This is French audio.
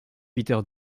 peter